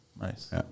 nice